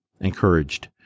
encouraged